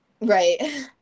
Right